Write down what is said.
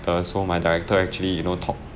so my director actually you know talked